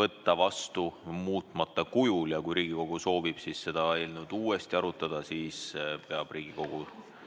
"võtta vastu muutmata kujul". Kui Riigikogu soovib seda eelnõu uuesti arutada, siis peab Riigikogu